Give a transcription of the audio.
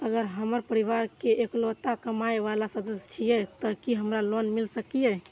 अगर हम परिवार के इकलौता कमाय वाला सदस्य छियै त की हमरा लोन मिल सकीए?